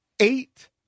Eight